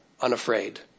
unafraid